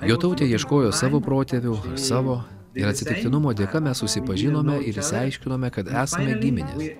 jotautė ieškojo savo protėvių savo ir atsitiktinumo dėka mes susipažinome ir išsiaiškinome kad esame giminės